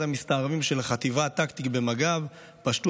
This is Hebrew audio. המסתערבים של החטיבה הטקטית במג"ב פשטו,